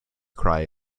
cry